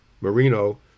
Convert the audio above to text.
Marino